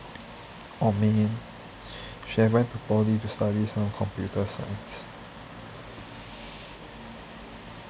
oh man should have went to poly to study some computer science